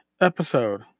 episode